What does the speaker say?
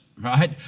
right